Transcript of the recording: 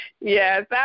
Yes